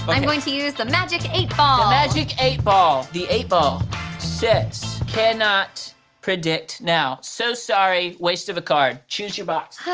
but i'm going to use the magic eight ball. the magic eight ball. the eight ball says, cannot predict now. so sorry, waste of a card. choose your box.